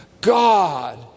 God